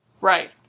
Right